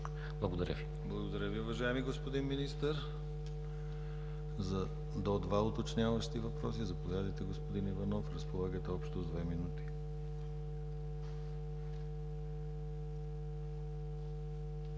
ГЛАВЧЕВ: Благодаря Ви, уважаеми господин Министър. За два уточняващи въпроса – заповядайте, господин Иванов, разполагате общо с две минути.